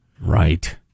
Right